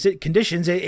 conditions